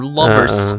lovers